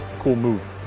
cool move.